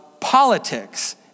politics